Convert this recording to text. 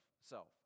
self